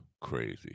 crazy